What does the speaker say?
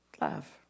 love